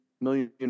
million